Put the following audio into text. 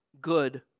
good